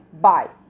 bye